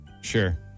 Sure